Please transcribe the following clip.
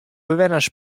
bewenners